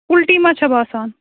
اُلٹی ما چھِ باسان